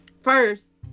first